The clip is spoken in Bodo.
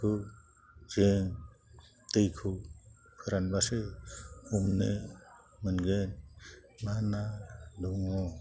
बिखौ जों दैखौ फोरानबासो हमनो मोनगोन मा ना दङ